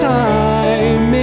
time